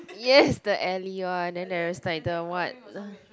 yes the alley one then there is like the what